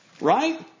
right